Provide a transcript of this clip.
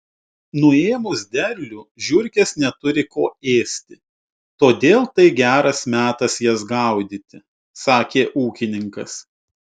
nuėmus derlių žiurkės neturi ko ėsti todėl tai geras metas jas gaudyti sakė ūkininkas